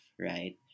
right